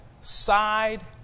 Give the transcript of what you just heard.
Side